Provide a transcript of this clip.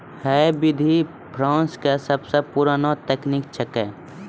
है विधि फ्रांस के सबसो पुरानो तकनीक छेकै